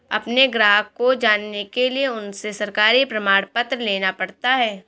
अपने ग्राहक को जानने के लिए उनसे सरकारी प्रमाण पत्र लेना पड़ता है